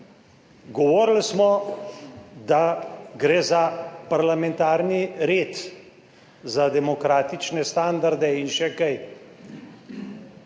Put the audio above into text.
Govorili smo, da gre za parlamentarni red, za demokratične standarde in še kaj.